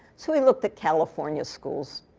so he looked at california schools,